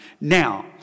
Now